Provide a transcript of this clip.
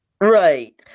Right